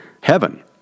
heaven